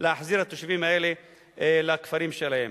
להחזיר את התושבים האלה לכפרים שלהם.